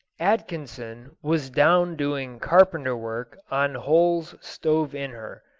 atkinson was down doing carpenter-work on holes stove in her,